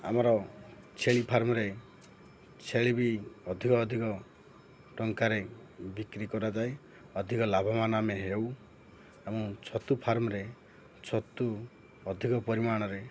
ଆମର ଛେଳି ଫାର୍ମରେ ଛେଳି ବି ଅଧିକ ଅଧିକ ଟଙ୍କାରେ ବିକ୍ରି କରାଯାଏ ଅଧିକ ଲାଭବାନ ଆମେ ହେଉ ଏବଂ ଛତୁ ଫାର୍ମରେ ଛତୁ ଅଧିକ ପରିମାଣରେ